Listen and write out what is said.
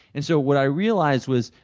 and so what i realized was,